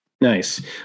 Nice